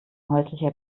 häuslicher